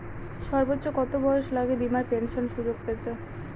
সর্বোচ্চ কত বয়স লাগে বীমার পেনশন সুযোগ পেতে?